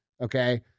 Okay